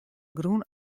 grûn